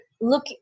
look